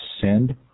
Send